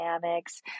dynamics